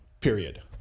period